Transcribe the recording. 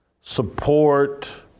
support